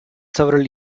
several